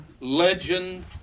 Legend